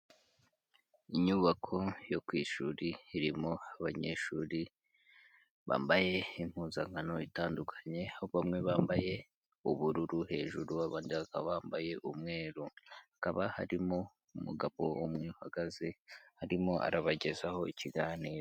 Inyubako yo ku ishuri irimo abanyeshuri bambaye impuzankano itandukanye, aho bamwe bambaye ubururu hejuru, abandi bakaba bambaye umweru, hakaba harimo umugabo umwe uhagaze arimo arabagezaho ikiganiro.